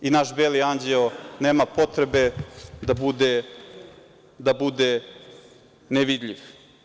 I naš Beli anđeo nema potrebe da bude nevidljiv.